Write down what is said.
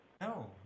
No